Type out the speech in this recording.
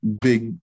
big